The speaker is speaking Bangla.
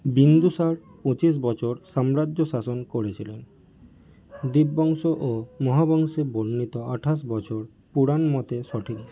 বিন্দুসার পঁচিশ বছর সাম্রাজ্য শাসন করেছিলেন দীপবংশ ও মহাবংশে বর্ণিত আঠাশ বছর পুরাণ মতে সঠিক